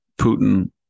Putin